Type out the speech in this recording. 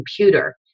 computer